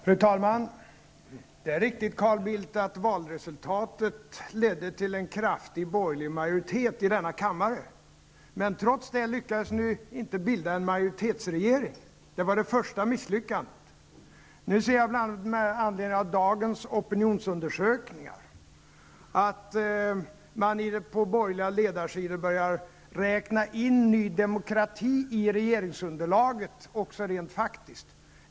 Fru talman! Det är riktigt, Carl Bildt, att valresultatet ledde till en kraftig borgerlig majoritet i denna kammare, men trots det lyckades ni inte bilda en majoritetsregering. Det var det första misslyckandet. Nu ser jag med anledning av dagens opinionsundersökningar att man på borgerliga ledarsidor börjar räkna in Ny Demokrati i regeringsunderlaget också rent faktiskt.